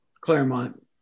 Claremont